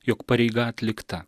jog pareiga atlikta